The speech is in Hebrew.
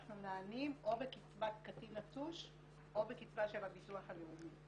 אנחנו נענים או בקצבת קטין נטוש או בקצבה של הביטוח הלאומי.